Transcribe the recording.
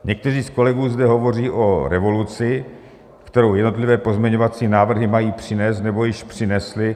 Někteří z kolegů zde hovoří o revoluci, kterou jednotlivé pozměňovací návrhy mají přinést nebo již přinesly.